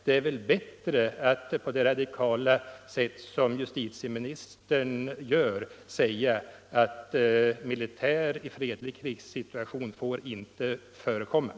Det är väl bättre att på det radikala sätt som justitieministern gör säga att militär personal inte skall användas vid sociala konflikter.